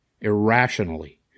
irrationally